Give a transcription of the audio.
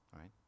right